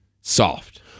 Soft